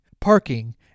parking